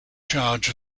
charge